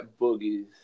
boogies